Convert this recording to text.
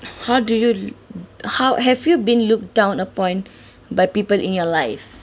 how do you how have you been looked down upon by people in your life